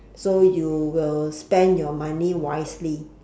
so you will spend your money wisely